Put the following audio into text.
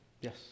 yes